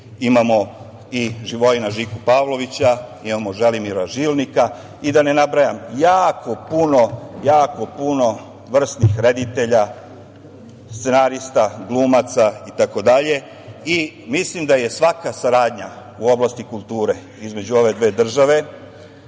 imamo Živojina Žiku Pavlovlića, imamo Želimira Žilnika i da ne nabrajam, jako puno vrsnih reditelja, scenarista, glumaca itd. Mislim da je svaka saradnja u oblasti kulture između ove dve države